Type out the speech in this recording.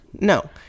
No